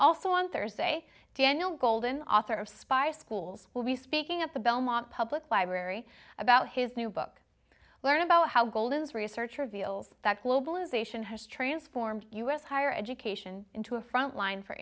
also on thursday daniel golden author of spy schools will be speaking at the belmont public library about his new book learn about how goldens research reveals that globalization has transformed u s higher education into a front line for